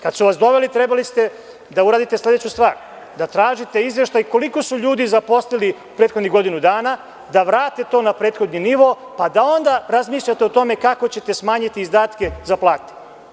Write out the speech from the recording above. Kad su vas doveli, trebali ste da uradite sledeću stvar - da tražite izveštaj koliko su ljudi zaposlili u prethodnih godinu dana, da vrate to na prethodni nivo, pa da onda razmišljate o tome kako ćete smanjiti izdatke za plate.